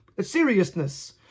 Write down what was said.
seriousness